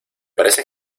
parece